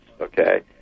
okay